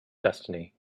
destiny